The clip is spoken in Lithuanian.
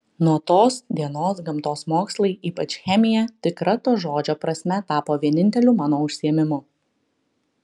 nuo tos dienos gamtos mokslai ypač chemija tikra to žodžio prasme tapo vieninteliu mano užsiėmimu